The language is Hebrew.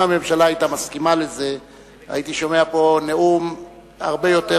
אם הממשלה היתה מסכימה לזה הייתי שומע פה נאום הרבה יותר,